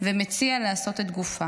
ומציע לעסות את גופה.